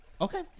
Okay